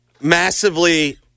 massively